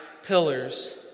Pillars